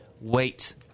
wait